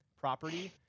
property